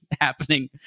happening